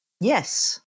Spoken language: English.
Yes